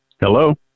Hello